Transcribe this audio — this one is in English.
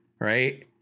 right